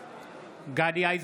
נגד גדי איזנקוט,